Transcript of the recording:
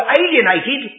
alienated